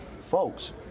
folks